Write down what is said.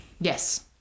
Yes